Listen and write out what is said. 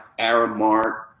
Aramark